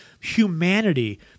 humanity